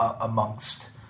amongst